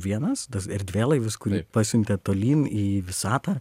vienas tas erdvėlaivis kurį pasiuntė tolyn į visatą